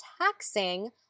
taxing